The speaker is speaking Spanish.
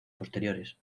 posteriores